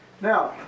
Now